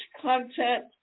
content